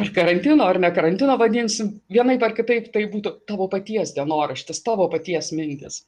ar karantino ar ne karantino vadinsim vienaip ar kitaip tai būtų tavo paties dienoraštis tavo paties mintys